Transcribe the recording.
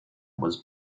was